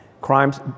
crimes